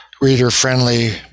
reader-friendly